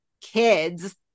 kids